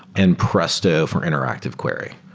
and presto for interactive query.